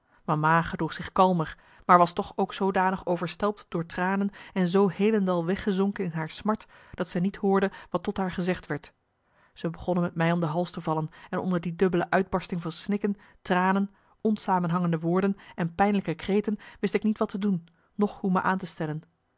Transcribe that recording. mama gedroeg zich kalmer maar was toch ook zoodanig overstelpt door tranen en zoo heelendal weggezonken in haar smart dat zij niet hoorde wat tot haar gezegd werd ze begonnen met mij om de hals te vallen en onder die dubbele uitbarsting van snikken tranen onsamenhangende woorden en pijnlijke kreten wist ik niet wat te doen noch hoe me aan te stellen